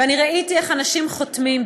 ואני ראיתי איך אנשים חותמים,